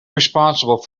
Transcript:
responsible